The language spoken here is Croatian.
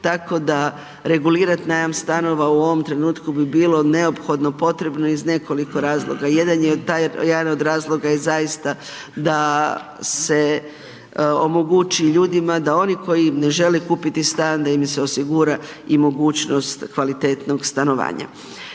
tako da regulirati najam stanova u ovom trenutku bi bilo neophodno potrebno iz nekoliko razloga. Jedan je od razloga je zaista da se omogući ljudima da oni koji ne žele kupiti stan da im se osigura i mogućnost kvalitetnog stanovanja.